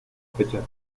fecha